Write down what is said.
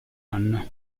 anno